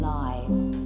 lives